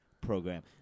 program